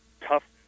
tough